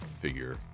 figure